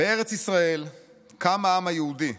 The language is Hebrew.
"בארץ ישראל קם העם היהודי,